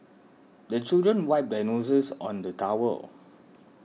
the children wipe their noses on the towel